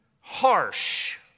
harsh